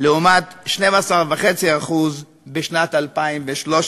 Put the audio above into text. לעומת 12.5% ב-2013.